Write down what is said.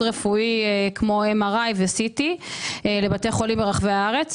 רפואי כמו MRI ו-CT לבתי חולים ברחבי הארץ.